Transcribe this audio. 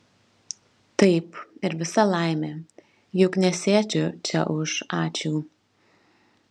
taip ir visa laimė juk nesėdžiu čia už ačiū